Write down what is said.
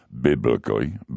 biblically